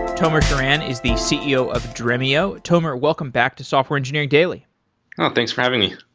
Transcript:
tomer shiran is the ceo of dremio. tomer, welcome back to software engineering daily thanks for having me.